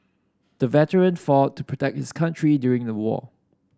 the veteran fought to protect his country during the war